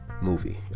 movie